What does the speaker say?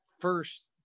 first